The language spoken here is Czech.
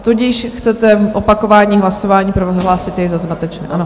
Tudíž chcete opakování hlasování, prohlásit je za zmatečné, ano?